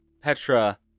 Petra